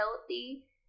healthy